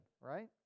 right